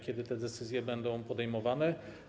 Kiedy te decyzje będą podejmowane?